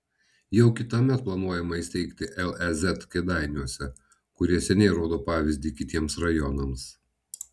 jau kitąmet planuojama įsteigti lez kėdainiuose kurie seniai rodo pavyzdį kitiems rajonams